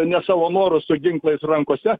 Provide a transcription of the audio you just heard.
ne savo noru su ginklais rankose